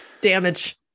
damage